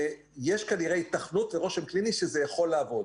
יש כנראה היתכנות ורושם קליני שזה יכול לעבוד.